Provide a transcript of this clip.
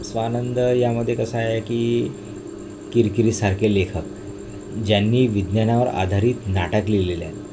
स्वानंद यामध्ये कसं आहे की किरकिरेसारखे लेखक ज्यांनी विज्ञानावर आधारित नाटक लिहिलेले आहे